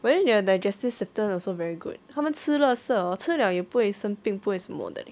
when their digestive system also very good 他们吃了塞 hor 吃 liao 也不会生病不会什么的 leh